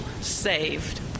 saved